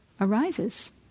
arises